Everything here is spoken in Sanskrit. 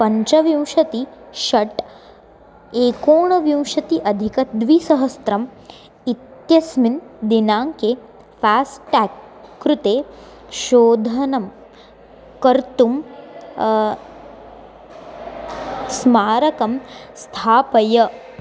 पञ्चविंशतिः षट् एकोनविंशत्यधिकद्विसहस्रतम् इत्यस्मिन् दिनाङ्के फास्टाग् कृते शोधनं कर्तुं स्मारकं स्थापय